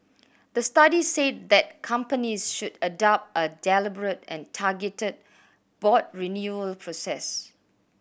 the study said that companies should adopt a deliberate and targeted board renewal process